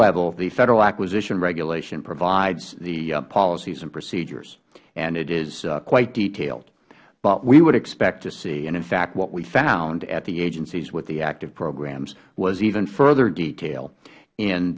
level the federal acquisition regulation provides the policies and procedures and it is quite detailed what we would expect to see and in fact what we found at the agencies with the active programs was even further detail